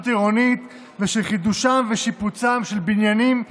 עירונית ושל חידושם ושיפוצם של בניינים ישנים,